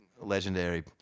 legendary